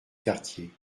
quartier